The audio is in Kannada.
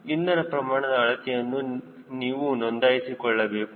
ಇಂಧನ ಪ್ರಮಾಣದ ಅಳತೆಯನ್ನು ನೀವು ನೋಂದಾಯಿಸಿಕೊಳ್ಳಬೇಕು